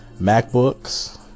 MacBooks